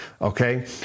Okay